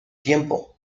tiempo